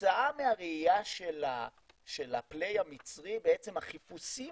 כתוצאה מהראייה של הפליי המצרי בעצם החיפושים